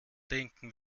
denken